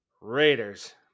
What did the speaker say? Raiders